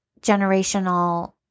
generational